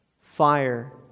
fire